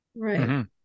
Right